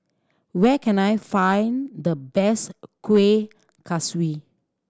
where can I find the best Kueh Kaswi